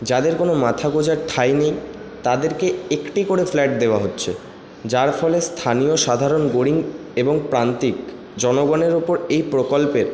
যাদের কোনও মাথা গোঁজার ঠাঁই নেই তাদেরকে একটি করে ফ্ল্যাট দেওয়া হচ্ছে যার ফলে স্থানীয় সাধারণ গোরিং এবং প্রান্তিক জনগণের ওপর এই প্রকল্পের